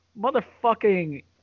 motherfucking